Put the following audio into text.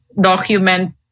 document